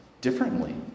differently